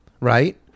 right